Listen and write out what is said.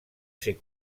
ser